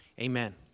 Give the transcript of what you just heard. amen